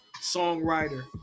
songwriter